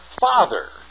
father